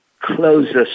closest